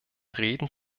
reden